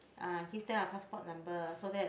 uh give them our passport number so that